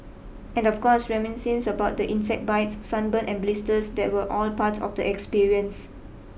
and of course reminiscing about the insect bites sunburn and blisters that were all part of the experience